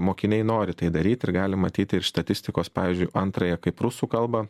mokiniai nori tai daryt ir galim matyt ir iš statistikos pavyzdžiui antrąją kaip rusų kalbą